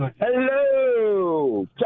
Hello